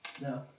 No